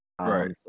Right